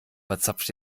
verzapft